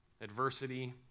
adversity